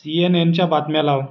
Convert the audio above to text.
C N एनच्या बातम्या लाव